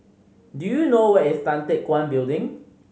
do you know where is Tan Teck Guan Building